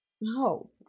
no